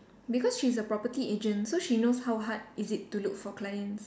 because she's a property agent so she knows how hard is it to look for clients